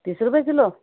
तीस रुपये किलो